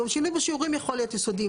גם שינוי בשיעורים יכול להיות יסודיים.